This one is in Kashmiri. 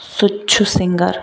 سُہ تہِ چھُ سِنٛگَر